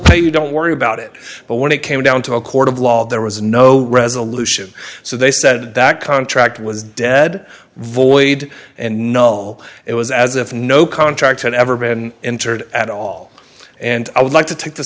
pay you don't worry about it but when it came down to a court of law there was no resolution so they said that contract was dead void and no it was as if no contract had ever been entered at all and i would like to take th